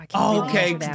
okay